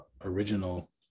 original